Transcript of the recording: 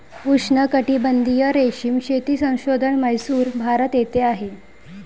उष्णकटिबंधीय रेशीम शेती संशोधन म्हैसूर, भारत येथे आहे